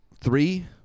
three